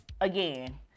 again